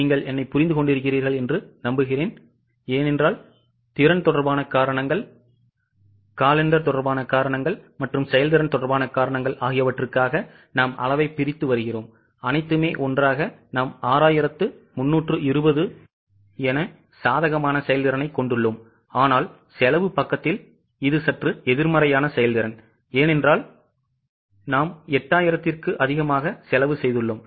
நீங்கள் என்னைப் புரிந்து கொள்கிறீர்களா ஏனென்றால் திறன் தொடர்பான காரணங்கள் காலெண்டர் தொடர்பான காரணங்கள் மற்றும் செயல்திறன் தொடர்பான காரணங்கள் ஆகியவற்றுக்காக நாம் அளவை பிரித்து வருகிறோம் அனைத்துமே ஒன்றாக நாம் 6320 என சாதகமான செயல்திறனைக் கொண்டுள்ளோம் ஆனால் செலவு பக்கத்தில் இது சற்று எதிர்மறையான செயல்திறன் ஏனென்றால் நாம் 8000 க்கும் அதிகமாக செலவு செய்துள்ளோம்